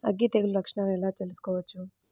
అగ్గి తెగులు లక్షణాలను ఎలా తెలుసుకోవచ్చు?